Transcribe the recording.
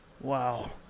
Wow